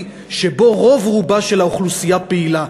שבו הרוב הגדול של האוכלוסייה פעילה.